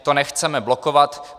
To nechceme blokovat.